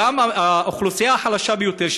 גם האוכלוסייה החלשה ביותר,